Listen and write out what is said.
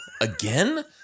again